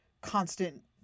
constant